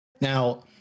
Now